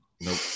Nope